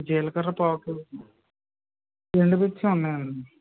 జీలకర్ర పావు కేజీ ఎండు మిర్చి ఉన్నాయి అండి